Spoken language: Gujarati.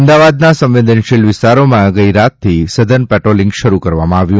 અમદાવાદના સંવેદનશીલ વિસ્તારોમાં ગઇરાતથી સઘન પેટ્રોલિંગ શરૂ કરવામાં આવ્યું